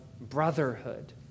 brotherhood